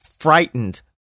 frightened